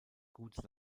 gut